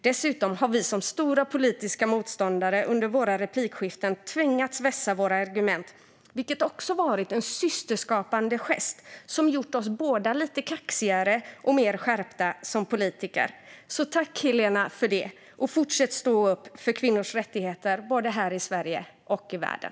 Dessutom har vi som stora politiska motståndare under våra replikskiften tvingats vässa våra argument, vilket också varit en systerskapande gest som gjort oss båda lite kaxigare och mer skärpta som politiker. Tack, Helena, för det! Fortsätt att stå upp för kvinnors rättigheter både här i Sverige och i världen!